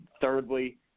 thirdly